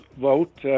vote